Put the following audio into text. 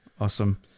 Awesome